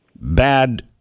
bad